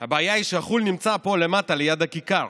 הבעיה היא שחו"ל נמצא פה למטה, ליד הכיכר.